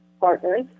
partners